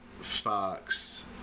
Fox